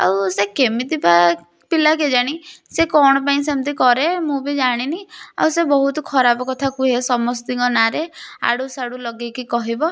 ଆଉ ସେ କେମିତି ବା ପିଲା କେଜାଣି ସେ କ'ଣ ପାଇଁ ସେମିତି କରେ ମୁଁ ବି ଜାଣିନି ଆଉ ସେ ବହୁତ ଖରାପ କଥା କୁହେ ସମସ୍ତଙ୍କ ନାରେ ଆଡ଼ୁସାଡ଼ୁ ଲଗେଇକି କହିବ